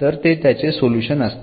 तर ते त्याचे सोल्युशन असते